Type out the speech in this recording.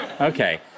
Okay